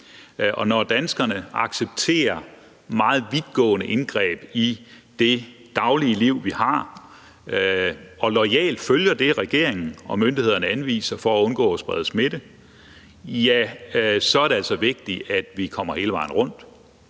Og når danskerne accepterer meget vidtgående indgreb i det daglige liv, vi har, og loyalt følger det, regeringen og myndighederne anviser for at undgå at sprede smitte, ja, så er det altså vigtigt, at vi kommer hele vejen rundt.